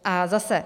A zase.